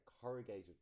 corrugated